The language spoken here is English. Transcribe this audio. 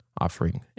offering